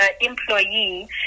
employee